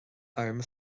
orm